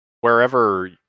wherever